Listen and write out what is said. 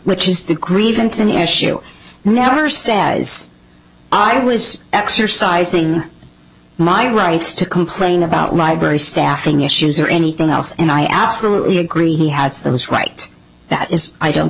which is the grievance an issue never says i was exercise my rights to complain about my very staffing issues or anything else and i absolutely agree he has those right that is i don't